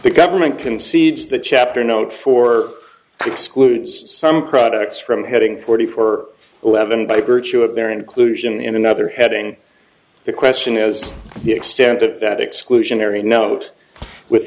the government concedes the chapter known for excludes some products from hitting forty four eleven by virtue of their inclusion in another heading the question as the extent of that exclusionary note with